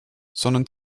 sondern